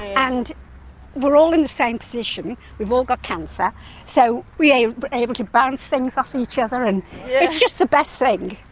and we're all in the same position, we've all got cancer so we are able to bounce things off each other and it's just the best thing.